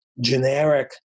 generic